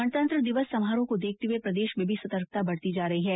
गणतंत्र दिवस समारोह को देखते हुए प्रदेश में भी सतर्कता बरती जा रही है